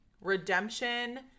redemption